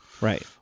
right